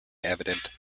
evident